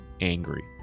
angry